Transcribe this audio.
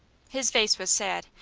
his face was sad,